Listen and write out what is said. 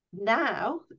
Now